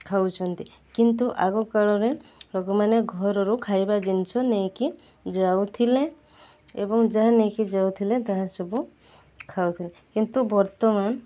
ଖାଉଛନ୍ତି କିନ୍ତୁ ଆଗ କାଳରେ ଲୋକମାନେ ଘରରୁ ଖାଇବା ଜିନିଷ ନେଇକି ଯାଉଥିଲେ ଏବଂ ଯାହା ନେଇକି ଯାଉଥିଲେ ତାହା ସବୁ ଖାଉଥିଲେ କିନ୍ତୁ ବର୍ତ୍ତମାନ